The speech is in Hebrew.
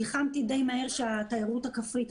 נלחמתי די מהר שהתיירות הכפרית,